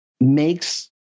makes